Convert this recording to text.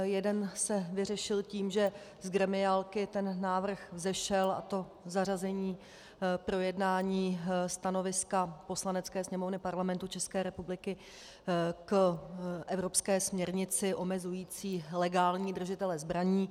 Jeden se vyřešil tím, že z gremiálky ten návrh vzešel, a to zařazení projednání stanoviska Poslanecké sněmovny Parlamentu České republiky k evropské směrnici omezující legální držitele zbraní.